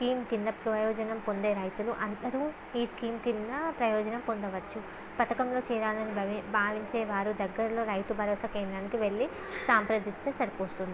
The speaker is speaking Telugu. స్కీం కింద ప్రయోజనం పొందే రైతులు అందరూ ఈ స్కీం కింద ప్రయోజనం పొందవచ్చు పథకంలో చేరాలని భావించేవారు దగ్గర లో రైతు భరోసా కేంద్రానికి వెళ్ళి సంప్రదిస్తే సరిపోతుంది